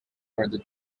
further